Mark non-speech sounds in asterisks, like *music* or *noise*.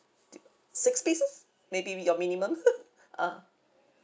*noise* six pieces maybe with your minimum *laughs* *breath* ah